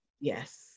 Yes